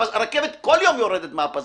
הרכבת כל יום יורדת מהפסים.